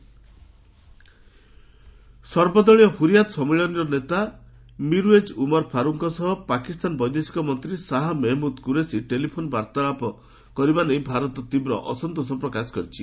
India Pak ସର୍ବଦଳୀୟ ହ୍ରିୟାତ ସମ୍ମିଳନୀର ନେତା ମିରୁଏଜ୍ ଉମର ଫାରୁକ୍ଙ୍କ ସହ ପାକିସ୍ତାନ ବୈଦେଶିକ ମନ୍ତ୍ରୀ ଶାହା ମେହେମୁଦ୍ କୁରେସି ଟେଲିଫୋନ୍ କଥାବାର୍ତ୍ତା କରିବା ନେଇ ଭାରତ ତୀବ୍ର ଅସନ୍ତୋଷ ପ୍ରକାଶ କରିଛି